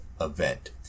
Event